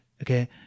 okay